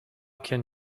can